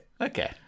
Okay